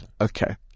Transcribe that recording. Okay